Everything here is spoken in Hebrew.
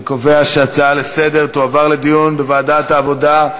אני קובע שההצעות לסדר-היום תועברנה לדיון בוועדת העבודה,